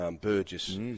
Burgess